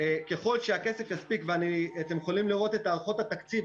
ככל שהכסף יספיק ואתם יכולים לראות את הערכות התקציב,